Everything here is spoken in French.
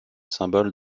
symboles